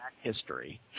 history